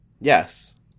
Yes